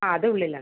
ആ അത് ഉള്ളിലാണ്